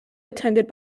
attended